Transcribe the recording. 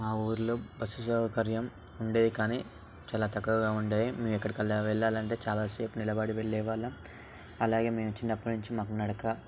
మా ఊర్లో బస్సు సౌకర్యం ఉండేది కానీ చాలా తక్కువుగా ఉండేవి మేము ఎక్కడికి వెళ్ళాలంటే చాలాసేపు నిలబడి వెళ్ళే వాళ్ళం అలాగే మేము చిన్నప్పటి నుంచి మాకు నడక